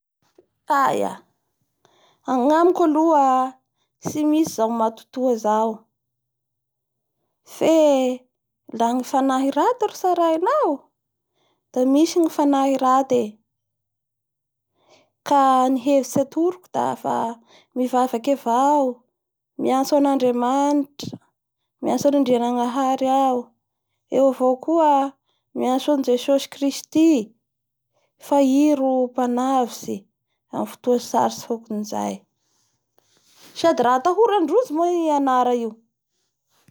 Aia agnamiko aloha tsy misy izao matotoa zao fe la ngy fanahy raty no tsarainao da misy ny fanahy raty e ka ny hevitsy atoroko dafa mivavaky avao miantso an' Andriamanitra miantso an'Andriananahary ao, eo avao koa miantso an'i Jesosy Kristy fa i ro mpanavotsy amin'ny fotoa sarotsy hokan'izay. sady raha atahorandrozy moa i anara io.